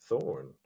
Thorn